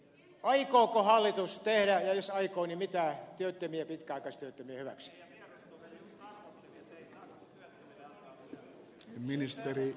aikooko hallitus tehdä ja jos aikoo niin mitä työttömien ja pitkäaikaistyöttömien hyväksi